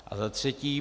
A za třetí.